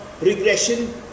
regression